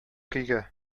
көйгә